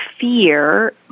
fear